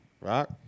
Rock